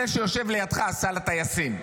זה שיושב לידך עשה לטייסים.